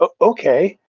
okay